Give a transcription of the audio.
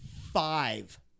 five